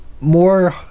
more